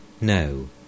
No